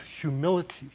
humility